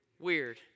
weird